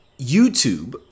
YouTube